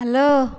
hello